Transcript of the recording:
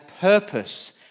purpose